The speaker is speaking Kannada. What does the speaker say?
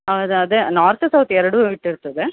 ಅದು ಅದೇ ನಾರ್ತ್ ಸೌತ್ ಎರಡು ಇಟ್ಟಿರ್ತದೆ